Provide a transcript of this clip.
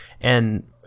And-